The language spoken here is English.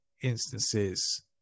instances